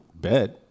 Bed